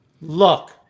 look